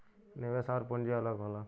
निवेश आउर पूंजी अलग होला